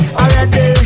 already